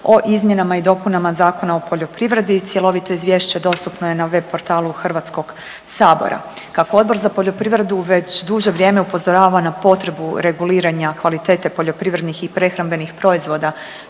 o izmjenama i dopunama Zakona o poljoprivredi. Cjelovito izvješće dostupno je na web portalu Hrvatskog sabora. Kako Odbor za poljoprivredu već duže vrijeme upozorava na potrebu reguliranja kvalitete poljoprivrednih i prehrambenih proizvoda